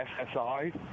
SSI